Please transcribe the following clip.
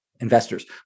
investors